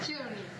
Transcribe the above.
here only